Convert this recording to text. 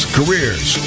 careers